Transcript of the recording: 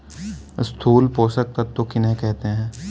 स्थूल पोषक तत्व किन्हें कहते हैं?